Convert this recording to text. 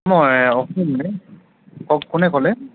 মই অসম মে কওক কোনে ক'লে